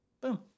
boom